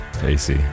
AC